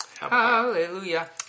Hallelujah